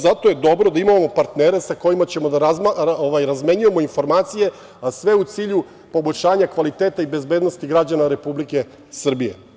Zato je dobro da imamo partnere sa kojima ćemo da razmenjujemo informacije, a sve u cilju poboljšanja kvaliteta i bezbednosti građana Republike Srbije.